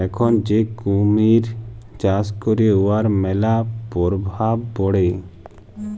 এখল যে কুমহির চাষ ক্যরে উয়ার ম্যালা পরভাব পড়ে